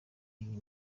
iyi